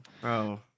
Bro